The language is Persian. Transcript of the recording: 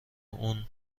اون